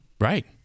Right